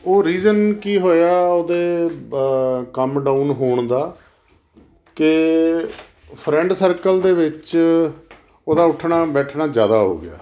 ਓਹ ਰੀਜਨ ਕੀ ਹੋਇਆ ਉਹਦੇ ਕੰਮ ਡਾਊਨ ਹੋਣ ਦਾ ਕਿ ਫਰੈਂਡ ਸਰਕਲ ਦੇ ਵਿੱਚ ਉਹਦਾ ਉੱਠਣਾ ਬੈਠਣਾ ਜ਼ਿਆਦਾ ਹੋ ਗਿਆ